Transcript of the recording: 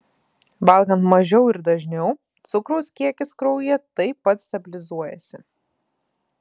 valgant mažiau ir dažniau cukraus kiekis kraujyje taip pat stabilizuojasi